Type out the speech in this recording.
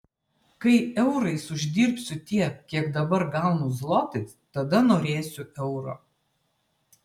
kai eurais uždirbsiu tiek kiek dabar gaunu zlotais tada norėsiu euro